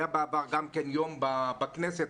בעבר היה יום בכנסת,